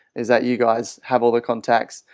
is that you guys have all the contacts.